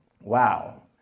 Wow